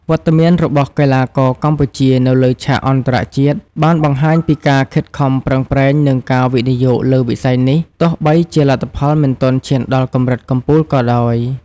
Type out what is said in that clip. វត្តមានរបស់កីឡាករកម្ពុជានៅលើឆាកអន្តរជាតិបានបង្ហាញពីការខិតខំប្រឹងប្រែង និងការវិនិយោគលើវិស័យនេះ ទោះបីជាលទ្ធផលមិនទាន់ឈានដល់កម្រិតកំពូលក៏ដោយ។